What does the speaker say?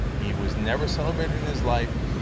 he was never celebrated in his life,